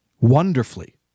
wonderfully